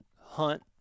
hunt